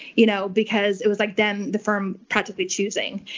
you know, because it was like then the firm practically choosing.